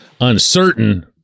uncertain